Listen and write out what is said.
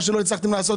מה שלא הצלחתם לעשות